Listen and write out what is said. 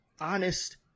honest